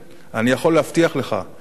אני יכול להבטיח לך שארצות-הברית,